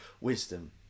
wisdom